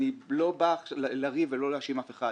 אני לא בא לריב ולא להאשים אף אחד,